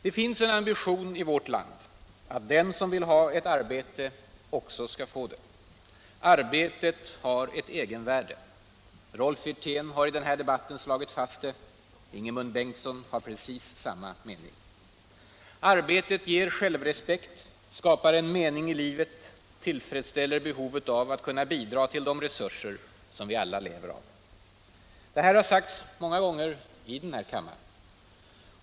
Det finns en ambition i vårt land att den som vill ha ett arbete också skall få det. Arbetet har ett egenvärde. Rolf Wirtén har i den här debatten slagit fast det. Ingemund Bengtsson har precis samma mening. Arbetet ger självrespekt, skapar en mening i livet och tillfredsställer behovet av att kunna bidra till de resurser som vi alla lever av. Det här har sagts många gånger i den här kammaren.